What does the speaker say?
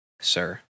Sir